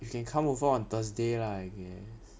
you can come over on thursday lah I guess